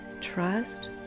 trust